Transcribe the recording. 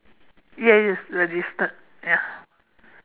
yes yes the distance ya